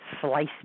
slice